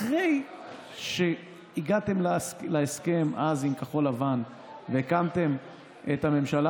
אחרי שהגעתם להסכם אז עם כחול-לבן והקמתם את הממשלה